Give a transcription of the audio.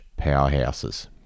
powerhouses